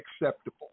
acceptable